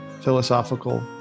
philosophical